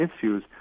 issues